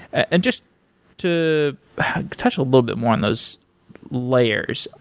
and just to touch a little bit more on those layers.